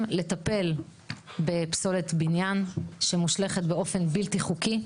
לטפל בפסולת בניין שמושלכת באופן בלתי חוקי.